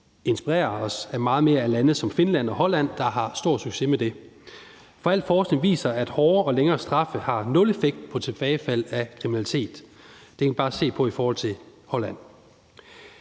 inspirere meget mere af lande som Finland og Holland, der har stor succes med det, for al forskning viser, at hårdere og længere straffe har nul effekt på tilbagefald til kriminalitet. Det kan vi bare se på i forhold til Holland.